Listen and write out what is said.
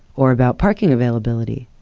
or about parking availability,